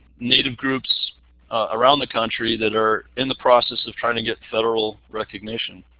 native groups around the country that are in the process of trying to get federal recognition.